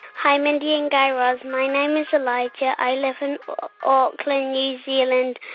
hi, mindy and guy raz. my name is like yeah i live in auckland, new zealand.